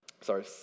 sorry